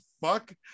fuck